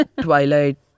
Twilight